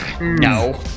No